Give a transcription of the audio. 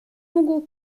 mógł